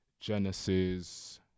Genesis